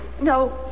No